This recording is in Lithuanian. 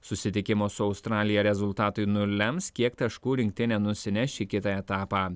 susitikimo su australija rezultatai nulems kiek taškų rinktinė nusineš į kitą etapą